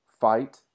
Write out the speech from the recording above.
fight